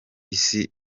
isi